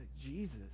Jesus